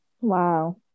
Wow